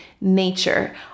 nature